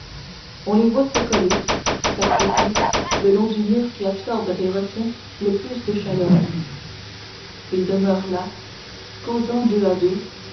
on les voit se coller s'accroupir le long du mur qui absorbe et retient le plus de chaleur ils demeurent là causant deux à deux